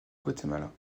guatemala